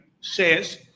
says